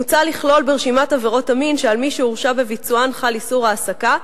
מוצע לכלול ברשימת עבירות המין שעל מי שהורשע בביצוען חל איסור העסקה,